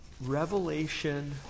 Revelation